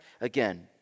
again